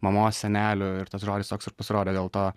mamos senelių ir tas žodis toks ir pasirodė dėl to